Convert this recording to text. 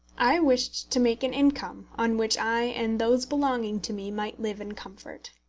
i wished to make an income on which i and those belonging to me might live in comfort.